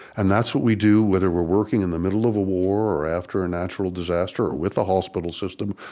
and that's what we do, whether we're working in the middle of a war, or after a natural disaster, or with a hospital system,